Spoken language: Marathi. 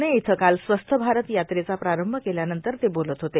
प्रणे इथं काल स्वस्थ भारत यात्रेचा प्रारंभ केल्यानंतर ते बोलत होते